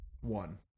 One